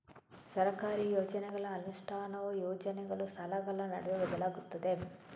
ಸರ್ಕಾರಿ ಯೋಜನೆಗಳ ಅನುಷ್ಠಾನವು ಯೋಜನೆಗಳು, ಸ್ಥಳಗಳ ನಡುವೆ ಬದಲಾಗುತ್ತದೆ